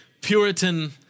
Puritan